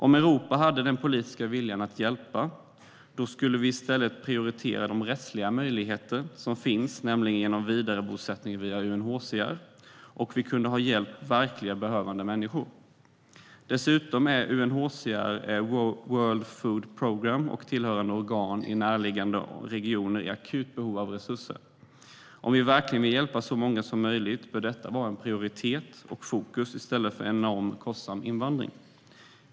Om Europa hade den politiska viljan att hjälpa skulle vi i stället prioritera de rättsliga möjligheter som finns, nämligen vidarebosättning via UNHCR, och vi kunde ha hjälpt verkligt behövande människor. Dessutom är UNHCR, World Food Program och tillhörande organ i närliggande regioner i akut behov av resurser. Om vi verkligen vill hjälpa så många som möjligt bör detta vara en prioritet och stå i fokus i stället för en enormt kostsam invandring.